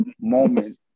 moment